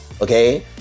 okay